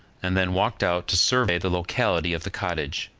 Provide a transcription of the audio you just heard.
and then walked out to survey the locality of the cottage,